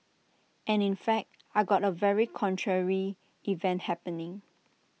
and in fact I got A very contrary event happening